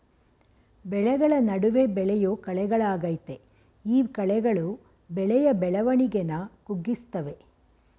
ಬೆಳೆಗಳ ನಡುವೆ ಬೆಳೆಯೋ ಕಳೆಗಳಾಗಯ್ತೆ ಈ ಕಳೆಗಳು ಬೆಳೆಯ ಬೆಳವಣಿಗೆನ ಕುಗ್ಗಿಸ್ತವೆ